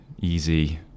easy